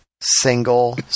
single